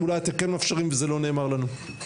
אולי אתם כן מאפשרים וזה לא נאמר לנו?